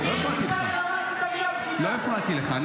האמינות שלך בעיני הציבור --- שאמרתי את המילה "בגידה".